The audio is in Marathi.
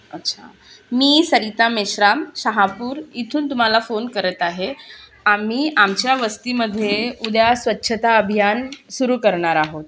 अच्छा मी सरिता मेश्राम शहापूर इथून तुम्हाला फोन करत आहे आम्ही आमच्या वस्तीमध्ये उद्या स्वच्छता अभियान सुरू करणार आहोत